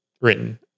written